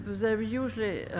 they were usually.